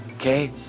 Okay